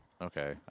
okay